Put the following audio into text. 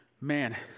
man